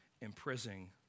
imprisoning